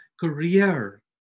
career